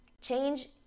Change